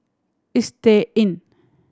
Istay Inn